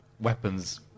weapons